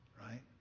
right